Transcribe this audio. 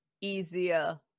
easier